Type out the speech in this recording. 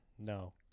No